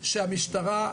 שהמשטרה,